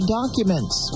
documents